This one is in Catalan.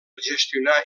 gestionar